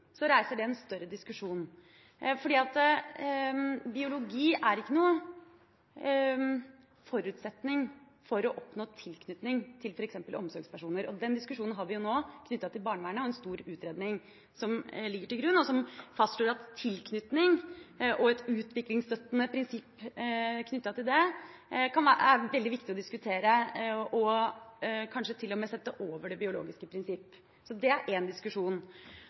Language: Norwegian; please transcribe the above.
reiser en større diskusjon, for biologi er ikke noen forutsetning for å oppnå tilknytning til f.eks. omsorgspersoner. Den diskusjonen har vi jo nå knyttet til barnevernet og en stor utredning som ligger til grunn, og som fastslår at tilknytning og et utviklingsstøttende prinsipp er veldig viktig å diskutere og kanskje til og med sette over det biologiske prinsipp. Så det er én diskusjon.